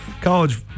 college